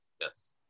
Yes